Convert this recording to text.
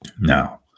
now